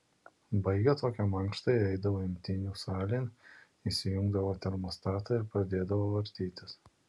baigę tokią mankštą jie eidavo imtynių salėn įsijungdavo termostatą ir pradėdavo vartytis